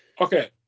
Okay